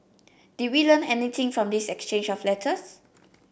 did we learn anything from this exchange of letters